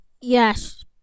yes